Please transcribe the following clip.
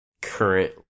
current